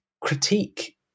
critique